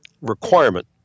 requirement